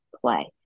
play